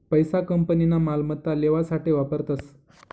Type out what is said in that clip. पैसा कंपनीना मालमत्ता लेवासाठे वापरतस